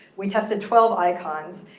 we tested twelve icons.